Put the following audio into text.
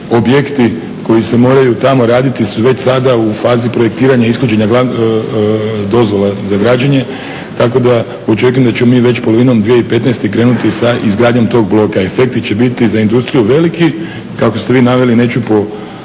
objekti koji se moraju tamo raditi su već sada u fazi projektiranja i ishođenja dozvola za građenje, tako da očekujem da ćemo mi već polovinom 2015. krenuti sa izgradnjom tog bloka, efekti će biti za industriju veliki, kako ste vi naveli, neću